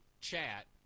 chat